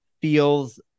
feels